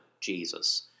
Jesus